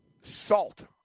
salt